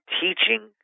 teaching